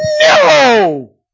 No